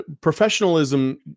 professionalism